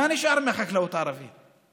מה נשאר מהחקלאות הערבית?